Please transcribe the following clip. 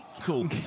Cool